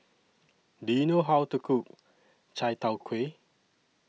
Do YOU know How to Cook Chai Tow Kway